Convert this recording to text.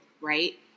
right